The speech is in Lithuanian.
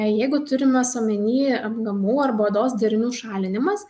jeigu turimas omeny apgamų arba odos darinių šalinimas